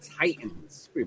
Titans